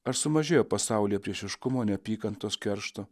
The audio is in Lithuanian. ar sumažėjo pasaulyje priešiškumo neapykantos keršto